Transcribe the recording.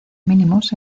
mínimos